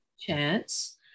chance